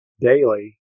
daily